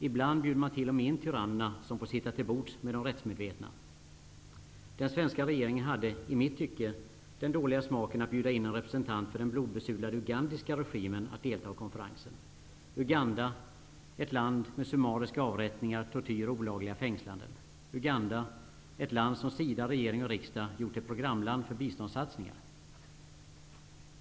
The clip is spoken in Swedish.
Ibland bjuder man t.o.m. in tyrannerna som får sitta till bords med de rättsmedvetna. Den svenska regeringen hade den i mitt tycke dåliga smaken att bjuda in en representant för den blodbesudlade ugandiska regimen att delta i konferensen. Uganda -- ett land med summariska avrättningar, tortyr och olagliga fängslanden, ett land som SIDA, regering och riksdag gjort till ett programland för biståndssatsningar.